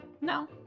No